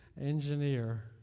engineer